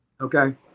Okay